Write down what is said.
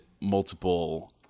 multiple